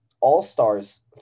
all-stars